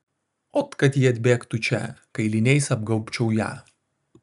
ot kad ji atbėgtų čia kailiniais apgaubčiau ją